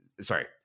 Sorry